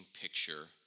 picture